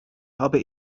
habe